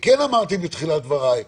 כן אמרתי בתחילת דבריי,